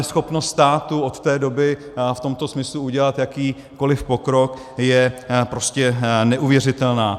Ta neschopnost státu od té doby v tomto smyslu udělat jakýkoliv pokrok je prostě neuvěřitelná.